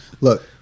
Look